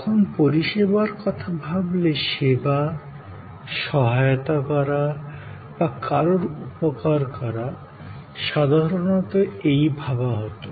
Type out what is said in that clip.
তখন পরিষেবার কথা ভাবলে সেবা সহায়তা করা বা কারোর উপকার করা সাধারণত এই ভাবা হতো